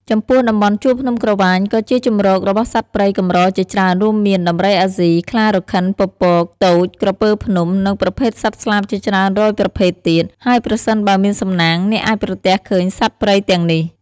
ចំពោះតំបន់ជួរភ្នំក្រវាញក៏ជាជម្រករបស់សត្វព្រៃកម្រជាច្រើនរួមមាន ដំរីអាស៊ី ខ្លារខិនពពក ទោច ក្រពើភ្នំ និងប្រភេទសត្វស្លាបជាច្រើនរយប្រភេទទៀត ហើយប្រសិនបើមានសំណាង អ្នកអាចប្រទះឃើញសត្វព្រៃទាំងនេះ។